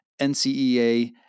NCEA